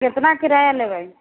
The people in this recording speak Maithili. कितना किराया लेबै